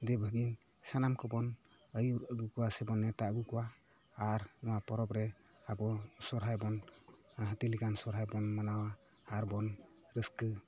ᱫᱮᱣ ᱵᱷᱟᱹᱜᱤᱱ ᱥᱟᱱᱟᱢ ᱠᱚᱵᱚᱱ ᱟᱭᱩᱨ ᱟᱜᱩ ᱠᱚᱣᱟ ᱥᱮᱵᱚᱱ ᱱᱮᱶᱛᱟ ᱟᱜᱩ ᱠᱚᱣᱟ ᱟᱨ ᱱᱚᱣᱟ ᱯᱚᱨᱚᱵᱽ ᱨᱮ ᱟᱵᱚ ᱥᱚᱨᱦᱟᱭ ᱵᱚᱱ ᱦᱟᱹᱛᱤ ᱞᱮᱠᱟᱱ ᱥᱚᱨᱦᱟᱭ ᱵᱚᱱ ᱢᱟᱱᱟᱣᱟ ᱟᱨ ᱵᱚᱱ ᱨᱟᱹᱥᱠᱟᱹ